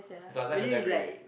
is like life and death already